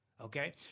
okay